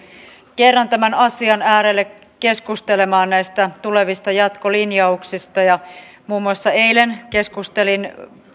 kerran tämän asian äärelle keskustelemaan näistä tulevista jatkolinjauksista muun muassa eilen keskustelin